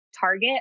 Target